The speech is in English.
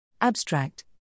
Abstract